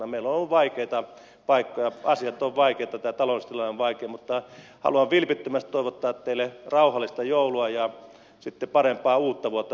meillä on ollut vaikeita paikkoja asiat ovat vaikeita tämä taloustilanne on vaikea mutta haluan vilpittömästi toivottaa teille rauhallista joulua ja sitten parempaa uutta vuotta